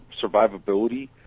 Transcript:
survivability